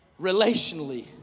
relationally